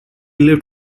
lived